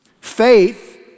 Faith